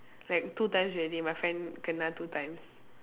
like two times already my friend kena two times